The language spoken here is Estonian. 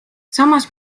samas